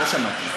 לא שמעתי.